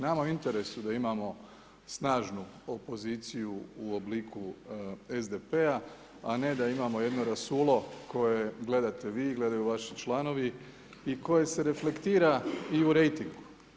Nama je u interesu da imamo snažnu opoziciju u obliku SDP-a a ne da imamo jedno rasulo koje gledate vi i gledaju vaši članovi i koje se reflektira i u rejtingu.